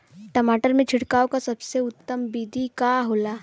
टमाटर में छिड़काव का सबसे उत्तम बिदी का होखेला?